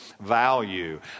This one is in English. value